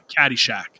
Caddyshack